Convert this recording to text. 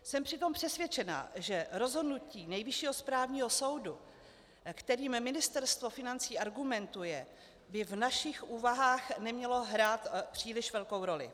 Jsem přitom přesvědčena, že rozhodnutí Nejvyššího správního soudu, kterým Ministerstvo financí argumentuje, by v našich úvahách nemělo hrát příliš velkou roli.